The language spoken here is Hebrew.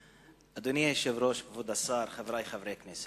אדוני היושב-ראש, כבוד השר, חברי חברי הכנסת,